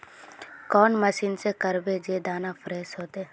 कौन मशीन से करबे जे दाना फ्रेस होते?